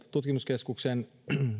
tutkimuskeskuksen